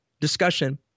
discussion